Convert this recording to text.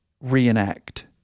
reenact